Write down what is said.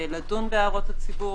לדון בהערות הציבור,